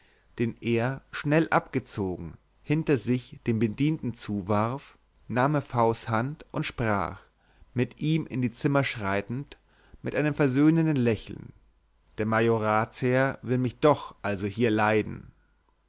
den er schnell abgezogen hinter sich dem bedienten zuwarf nahm er v s hand und sprach mit ihm in die zimmer schreitend mit einem verhöhnenden lächeln der majoratsherr will mich doch also hier leiden